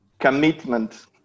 commitment